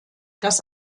das